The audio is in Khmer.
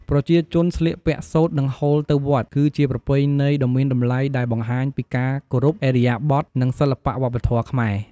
ប្រជាជនស្លៀកពាក់សូត្រ និងហូលទៅវត្ត គឺជាប្រពៃណីដ៏មានតម្លៃដែលបង្ហាញពីការគោរព ឥរិយាបថ និងសិល្បៈវប្បធម៌ខ្មែរ។